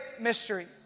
mystery